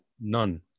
None